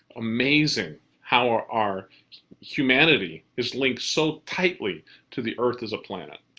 amazing how are our humanity is linked so tightly to the earth as a planet.